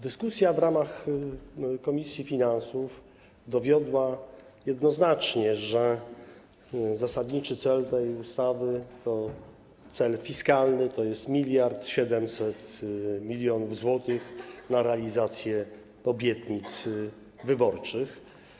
Dyskusja w ramach komisji finansów dowiodła jednoznacznie, że zasadniczym celem tej ustawy jest cel fiskalny, tj. 1700 mln zł na realizację obietnic wyborczych.